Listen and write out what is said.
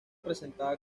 presentaba